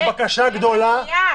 זו בקשה גדולה?